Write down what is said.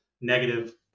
negative